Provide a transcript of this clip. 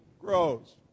grows